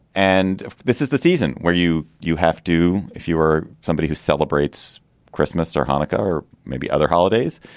and this is the season where you you have to if you are somebody who celebrates christmas or hanukkah or maybe other holidays,